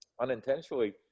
unintentionally